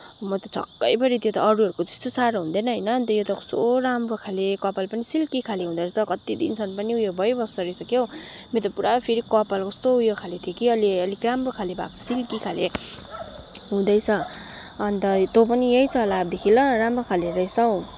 म त छक्कै परेँ त्यो त अरूहरूको जस्तो साह्रो हुँदैन होइन यो त कस्तो राम्रो खाले कपाल पनि सिल्की खाले हुँदो रहेछ कत्ति दिनसम्म पनि उयो भइबस्दो रहेछ के हो मेरो त फेरि कपाल कस्तो उयो खाले थियो कि अहिले अलिक राम्रो खाले भएको छ सिल्की खाले हुँदैछ अनि त तँ पनि यही चला अबदेखि ल राम्रो खाले रहेछ हो